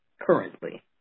currently